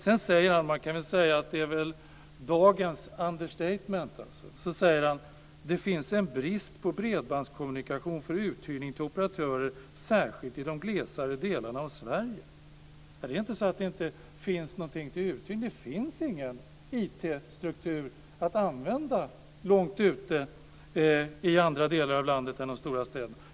Sedan säger näringsministern - man kan väl säga att det är dagens understatement - att det finns en brist på bredbandskommunikation för uthyrning till operatörer, särskilt i de glesare delarna av Sverige. Det är inte så att det inte finns någonting till uthyrning. Det finns ingen IT-struktur att använda långt ute i landet som i de stora städerna.